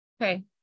Okay